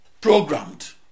programmed